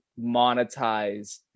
monetize